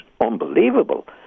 unbelievable